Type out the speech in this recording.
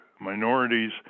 minorities